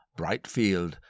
Brightfield